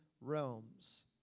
realms